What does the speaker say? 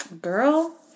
girl